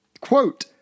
Quote